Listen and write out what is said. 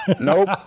Nope